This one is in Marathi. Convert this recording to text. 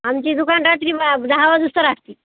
आमची दुकान रात्री बा दहा वाजस्तोवर असते